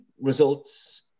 results